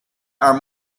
are